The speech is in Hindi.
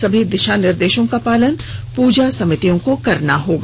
सभी दिशा निर्देशों का पालन पूजा समितियों को पालन करना होगा